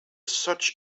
such